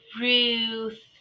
Ruth